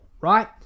right